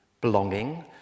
belonging